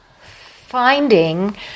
finding